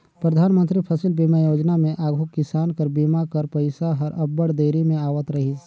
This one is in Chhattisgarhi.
परधानमंतरी फसिल बीमा योजना में आघु किसान कर बीमा कर पइसा हर अब्बड़ देरी में आवत रहिस